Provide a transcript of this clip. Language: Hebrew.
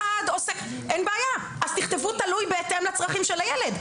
אין בעיה, אז תכתבו תלוי בהתאם לצרכים של הילד.